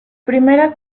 primera